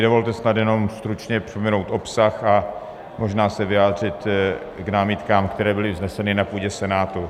Dovolte mi snad jenom stručně připomenout obsah a možná se vyjádřit k námitkám, které byly vzneseny na půdě Senátu.